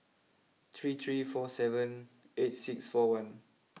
three three four seven eight six four one